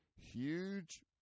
Huge